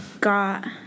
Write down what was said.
got